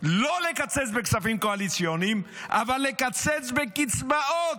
לא לקצץ בכספים קואליציוניים, אבל לקצץ בקצבאות.